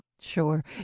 Sure